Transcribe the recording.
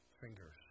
fingers